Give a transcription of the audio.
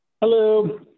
hello